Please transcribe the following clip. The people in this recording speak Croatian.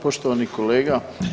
Poštovani kolega.